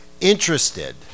interested